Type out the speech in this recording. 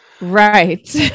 Right